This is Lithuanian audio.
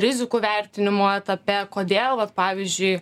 rizikų vertinimo etape kodėl vat pavyzdžiui